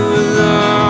alone